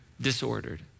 disordered